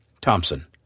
Thompson